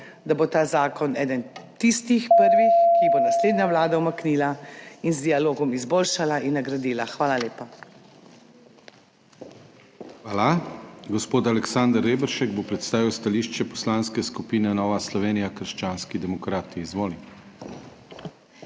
da bo ta zakon eden tistih prvih, ki jih bo naslednja vlada umaknila in z dialogom izboljšala in nadgradila. Hvala lepa. PODPREDSEDNIK DANIJEL KRIVEC: Hvala. Gospod Aleksander Reberšek bo predstavil stališče Poslanske skupine Nova Slovenija – krščanski demokrati. Izvoli.